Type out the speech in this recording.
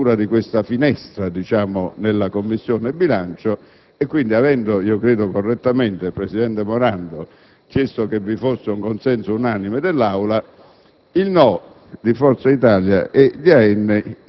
non diedero il consenso all'apertura di questa «finestra» nella Commissione bilancio. Avendo correttamente il presidente Morando chiesto che vi fosse un consenso unanime dall'Aula,